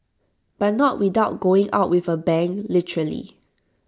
but not without going out with A bang literally